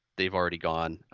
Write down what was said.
they've already gone.